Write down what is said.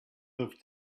loved